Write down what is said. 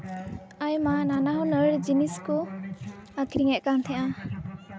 ᱟᱭᱢᱟ ᱱᱟᱱᱟᱦᱩᱱᱟᱹᱨ ᱡᱤᱱᱤᱥ ᱠᱚ ᱟᱠᱷᱨᱤᱧᱮᱫ ᱠᱟᱱ ᱛᱟᱦᱮᱸᱜᱼᱟ